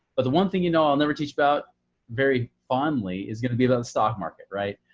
but the one thing, you know, i'll never teach about very fondly is going to be about the stock market, right?